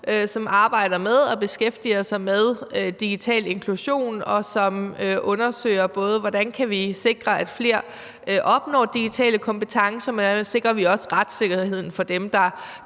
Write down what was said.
som arbejder med og beskæftiger sig med digital inklusion, og som undersøger, både hvordan vi kan sikre, at flere opnår digitale kompetencer, men også, hvordan vi sikrer retssikkerheden for dem, der